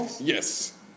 Yes